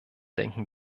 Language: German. denken